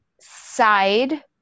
side